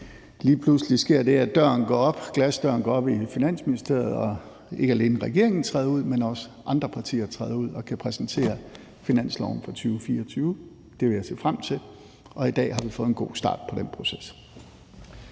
lige pludselig sker det, at glasdøren i Finansministeriet går op, og at ikke alene regeringen, men også andre partier, træder ud og sammen kan præsentere finansloven for 2024. Det vil jeg se frem til, og i dag har vi fået en god start på den proces.